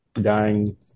dying